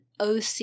OC